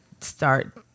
start